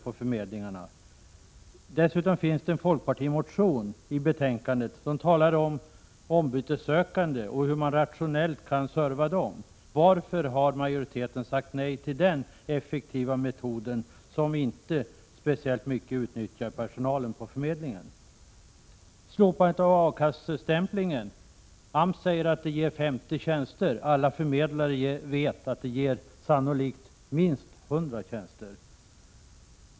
I betänkandet behandlas en folkpartimotion i vilken det talas om ombytessökande och hur man rationellt kan serva dessa. Varför har majoriteten i utskottet sagt nej till en effektiv metod, som inte speciellt mycket belastar personalen på förmedlingen? Enligt AMS ger slopandet av A-kassestämpling 50 tjänster. Alla på arbetsförmedlingarna vet att det sannolikt ger minst 100 tjänster.